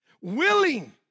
willing